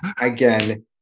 Again